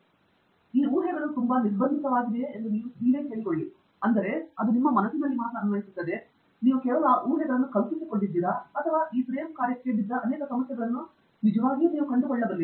ಟ್ಯಾಂಗಿರಾಲಾ ಆ ಊಹೆಗಳು ತುಂಬಾ ನಿರ್ಬಂಧಿತವಾಗಿದೆಯೇ ಎಂದು ನೀವೇ ಕೇಳಿಕೊಳ್ಳಿ ಅಂದರೆ ಅದು ನಿಮ್ಮ ಮನಸ್ಸಿನಲ್ಲಿ ಮಾತ್ರ ಅನ್ವಯಿಸುತ್ತದೆ ಮತ್ತು ನೀವು ಕೇವಲ ಆ ಊಹೆಗಳನ್ನು ಕಲ್ಪಿಸಿಕೊಂಡಿದ್ದೀರಾ ಅಥವಾ ಈ ಫ್ರೇಮ್ ಕಾರ್ಯಕ್ಕೆ ಬಿದ್ದ ಅನೇಕ ಸಮಸ್ಯೆಗಳನ್ನು ನೀವು ನಿಜವಾಗಿಯೂ ಕಂಡುಕೊಳ್ಳುತ್ತೀರಾ